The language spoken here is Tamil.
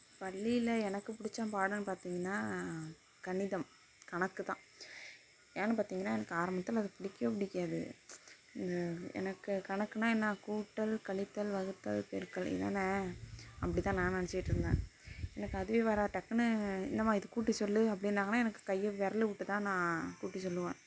பள்ளியில் எனக்கு பிடிச்ச பாடம்னு பார்த்திங்கன்னா கணிதம் கணக்கு தான் ஏன் பார்த்திங்கன்னா எனக்கு ஆரம்பத்தில் அது பிடிக்கவே பிடிக்காது இந்த எனக்கு கணக்குனால் என்ன கூட்டல் கழித்தல் வகுத்தல் பெருக்கல் இதானே அப்படிதான் நான் நினச்சிட்ருந்தேன் எனக்கு அதுவே வராது டக்குன்னு இந்தாம்மா இதைக்கூட்டி சொல்லு அப்டின்னாங்கன்னா எனக்கு கையை விரல விட்டு தான் நான் கூட்டி சொல்லுவேன்